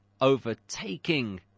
overtaking